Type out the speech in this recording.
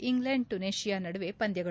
England Tunisia ನಡುವೆ ಪಂದ್ಲಗಳು